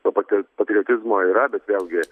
to patir patriotizmo yra bet vėlgi